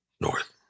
North